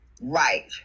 right